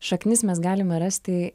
šaknis mes galime rasti